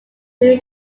two